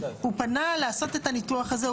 הוא פנה לעשות את הניתוח הזה,